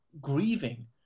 grieving